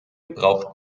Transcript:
braucht